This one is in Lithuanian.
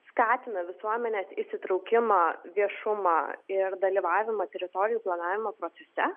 skatina visuomenės įsitraukimą viešumą ir dalyvavimą teritorijų planavimo procese